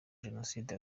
jenoside